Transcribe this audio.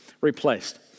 replaced